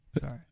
Sorry